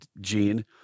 gene